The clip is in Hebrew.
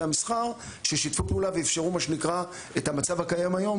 המסחר ששיתפו פעולה ואפשרו את המצב הקיים היום,